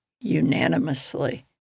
unanimously